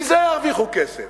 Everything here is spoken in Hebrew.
מזה ירוויחו כסף.